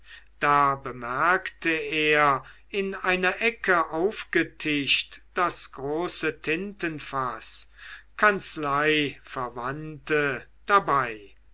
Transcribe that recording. da bemerkte er in einer ecke aufgetischt das große tintenfaß kanzleiverwandte dabei